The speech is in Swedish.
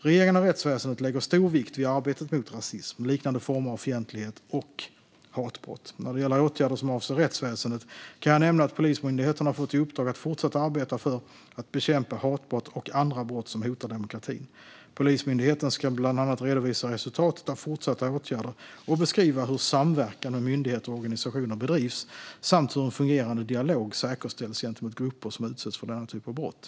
Regeringen och rättsväsendet lägger stor vikt vid arbetet mot rasism, liknande former av fientlighet och hatbrott. När det gäller åtgärder som avser rättsväsendet kan jag nämna att Polismyndigheten har fått i uppdrag att fortsatt arbeta för att bekämpa hatbrott och andra brott som hotar demokratin. Polismyndigheten ska bland annat redovisa resultatet av fortsatta åtgärder och beskriva hur samverkan med myndigheter och organisationer bedrivs samt hur en fungerande dialog säkerställs gentemot grupper som utsätts för denna typ av brott.